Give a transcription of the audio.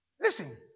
listen